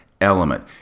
element